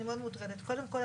קודם כול,